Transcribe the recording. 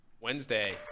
Wednesday